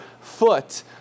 foot